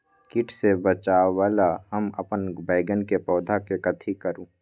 किट से बचावला हम अपन बैंगन के पौधा के कथी करू?